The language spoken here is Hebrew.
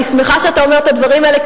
ואני שמחה שאתה אומר את הדברים האלה,